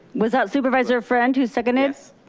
was that supervisor friend who seconded? yes.